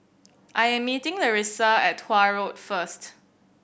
I am meeting Larissa at Tuah Road first